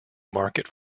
market